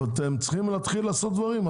אתם צריכים להתחיל לעשות דברים.